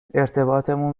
ارتباطمون